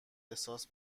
احساس